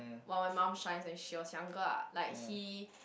while my mum shines when she was younger lah like he